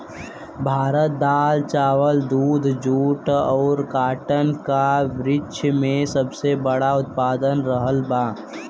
भारत दाल चावल दूध जूट और काटन का विश्व में सबसे बड़ा उतपादक रहल बा